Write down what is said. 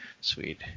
sweet